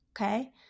Okay